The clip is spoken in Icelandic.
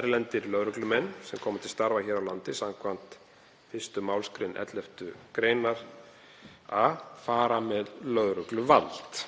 Erlendir lögreglumenn sem koma til starfa hér á landi skv. 1. mgr. 11. gr. a fara með lögregluvald.“